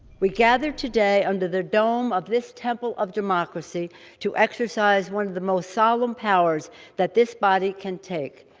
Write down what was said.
we gathered today under the dome of this temple of democracy to exercise one of the most solemn powers that this body can take.